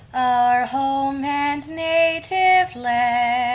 our home and native land